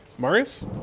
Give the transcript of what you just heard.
Marius